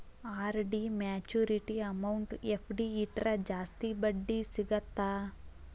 RD maturity amount FD ಇಟ್ರ ಜಾಸ್ತಿ ಬಡ್ಡಿ ಸಿಗತ್ತಾ